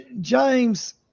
James